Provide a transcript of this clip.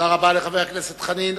תודה רבה לחבר הכנסת חנין.